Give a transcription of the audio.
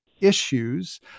issues